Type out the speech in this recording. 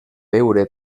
veure